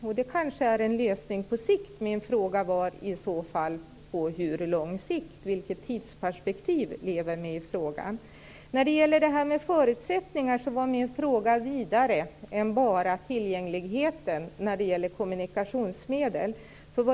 Det är kanske en lösning på sikt. På hur lång sikt? Vilket tidsperspektiv lever vi med i frågan? Sedan var det frågan om förutsättningarna. Min fråga gällde mer än bara tillgängligheten i de allmänna kommunikationsmedlen.